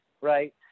right